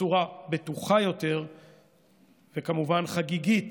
בצורה בטוחה יותר וכמובן חגיגית